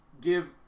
give